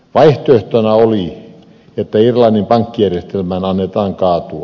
vaihtoehtona oli että irlannin pankkijärjestelmän annetaan kaatua